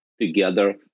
together